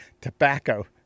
tobacco